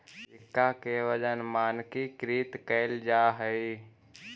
सिक्का के वजन मानकीकृत कैल जा हई